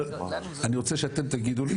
אבל אני רוצה שאתם תגידו לי